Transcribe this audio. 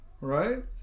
Right